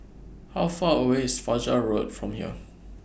How Far away IS Fajar Road from here